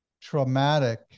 traumatic